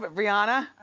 but brianna.